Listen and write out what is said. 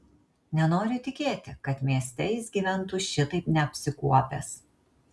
nenoriu tikėti kad mieste jis gyventų šitaip neapsikuopęs